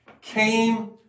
came